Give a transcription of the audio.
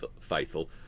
faithful